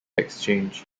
exchange